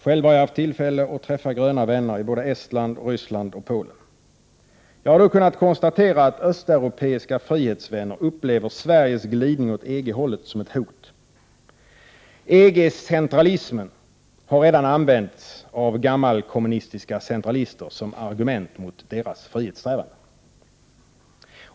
Själv har jag haft tillfälle att träffa gröna vänner i Estland, Ryssland och Polen, Jag har då kunnat konstatera att östeuropeiska frihetsvänner upplever Sveriges glidning åt EG-hållet som ett hot. EG-centralismen har redan använts av gammalkommunistiska centralister som argument mot deras frihetssträvanden.